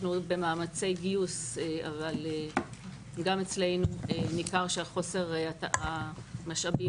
אנחנו במאמצי גיוס אבל גם אצלנו ניכר שהחוסר המשאבי